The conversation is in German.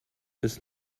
bis